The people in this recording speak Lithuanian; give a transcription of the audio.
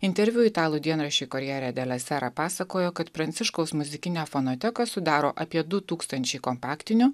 interviu italų dienraščiui corriere della sera pasakojo kad pranciškaus muzikinę fonoteką sudaro apie du tūkstančiai kompaktinių